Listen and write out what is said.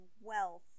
wealth